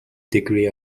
degree